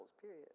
period